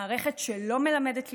מערכת שלא מלמדת ליבה,